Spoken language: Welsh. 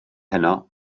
heno